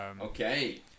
Okay